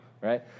right